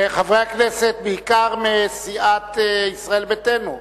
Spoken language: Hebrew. חברי הכנסת, בעיקר מסיעת ישראל ביתנו,